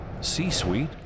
C-Suite